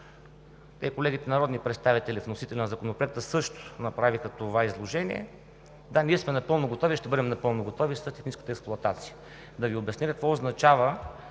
колегите народни представители, вносители на Законопроекта също направиха това изложение – да, ние сме напълно готови и ще бъдем напълно готови след техническата експлоатация. Да Ви обясня какво означава